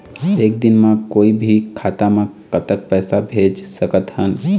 एक दिन म कोई भी खाता मा कतक पैसा भेज सकत हन?